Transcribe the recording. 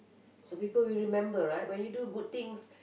so people will remember right when you do good things